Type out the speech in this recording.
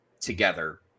together